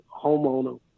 homeowner